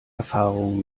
erfahrung